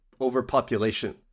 overpopulation